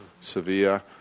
Sevilla